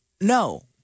No